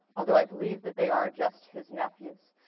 although i believe that they are just his nephews.